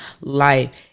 life